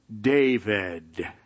David